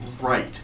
right